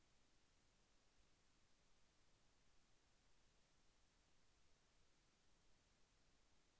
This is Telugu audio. నేను లోన్ పెట్టుకొనుటకు ఎలా దరఖాస్తు చేసుకోవాలి?